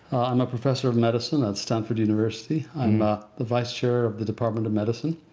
i'm a professor of medicine at stanford university. i'm ah the vice chair of the department of medicine,